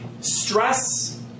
Stress